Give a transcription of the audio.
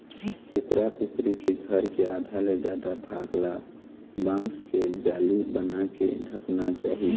कुकरा कुकरी के घर के आधा ले जादा भाग ल बांस के जाली बनाके ढंकना चाही